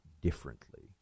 differently